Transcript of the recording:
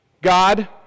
God